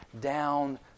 down